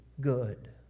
good